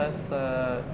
ah suck